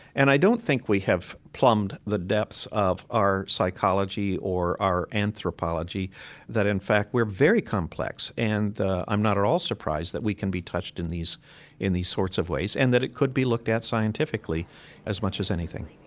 and i don't think we have plumbed the depths of our psychology or our anthropology that, in fact, we're very complex. and i'm not at all surprised that we can be touched in these in these sorts of ways and that it could be looked at scientifically as much as anything